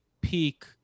peak